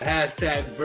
Hashtag